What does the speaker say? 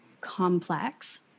complex